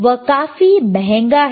वह काफी महंगा है